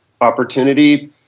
opportunity